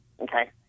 okay